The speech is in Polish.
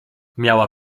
miała